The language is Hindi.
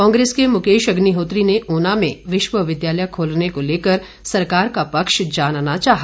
कांग्रेस के मुकेश अग्निहोत्री ने उना में विश्वविद्यालय खोलने को लेकर सरकार का पक्ष जानना चाहा